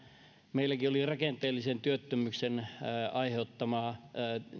meilläkin oli rakenteellisen työttömyyden aiheuttamaa